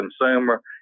consumer